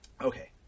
Okay